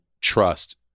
trust